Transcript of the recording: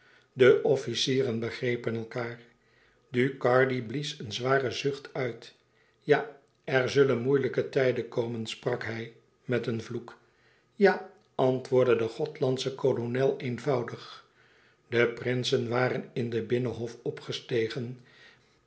de officieren begrepen elkaâr ducardi blies een zwaren zucht uit ja er zullen moeilijke tijden komen sprak hij met een vloek ja antwoordde de gothlandsche kolonel eenvoudig de prinsen waren in den binnenhof opgestegen